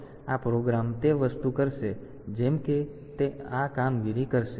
તેથી આ પ્રોગ્રામ તે વસ્તુ કરશે જેમ કે તે આ કામગીરી કરશે